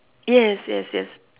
yes yes yes